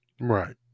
Right